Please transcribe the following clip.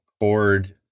cord